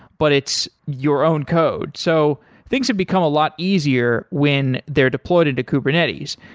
but it's your own code. so things have become a lot easier when they're deployed into kubernetes,